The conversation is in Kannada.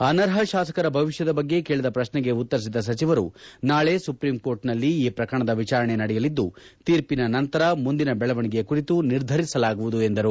ಅನರ್ಹ ಶಾಸಕರ ಭವಿಷ್ಠದ ಬಗ್ಗೆ ಕೇಳದ ಶ್ರಶ್ನೆಗೆ ಉತ್ತರಿಸಿದ ಸಚಿವರು ನಾಳೆ ಸುಪ್ರೀಂಕೋರ್ಟ್ನಲ್ಲಿ ಈ ಪ್ರಕರಣದ ವಿಚಾರಣೆ ನಡೆಯಲಿದ್ದು ತೀರ್ಷಿನ ನಂತರ ಮುಂದಿನ ಬೆಳವಣಿಗೆ ಕುರಿತು ನಿರ್ಧರಿಸಲಾಗುವುದು ಎಂದರು